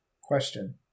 Question